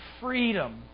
freedom